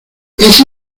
ese